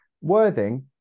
Worthing